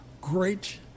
great